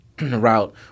route